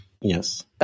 Yes